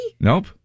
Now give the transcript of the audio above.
Nope